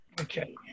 Okay